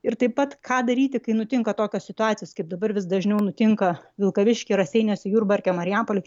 ir taip pat ką daryti kai nutinka tokios situacijos kaip dabar vis dažniau nutinka vilkaviškyje raseiniuose jurbarke marijampolėje